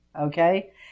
Okay